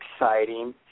exciting